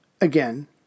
again